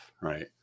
right